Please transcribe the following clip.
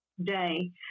day